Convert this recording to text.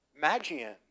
magian